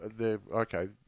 okay